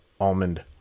Almond